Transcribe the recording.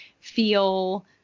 feel